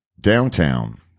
Downtown